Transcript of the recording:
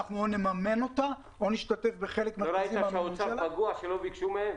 נממן אותה או נשתתף בחלק --- לא ראית שהאוצר פגוע כי לא ביקשו מהם.